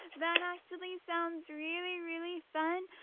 that actually sounds really, really fun.